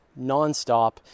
nonstop